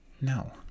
No